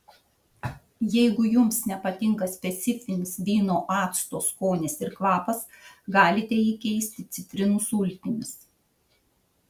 jeigu jums nepatinka specifinis vyno acto skonis ir kvapas galite jį keisti citrinų sultimis